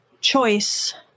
choice